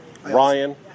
Ryan